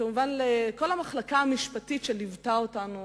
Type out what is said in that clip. וכמובן לכל המחלקה המשפטית שליוותה אותנו